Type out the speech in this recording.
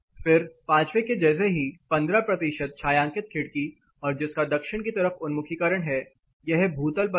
फिर पांचवे के जैसे ही 15 प्रतिशत छायांकित खिड़की और जिसका दक्षिण की तरफ उन्मुखीकरण है यह भूतल पर है